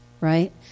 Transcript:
right